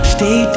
Stay